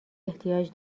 احتیاج